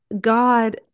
God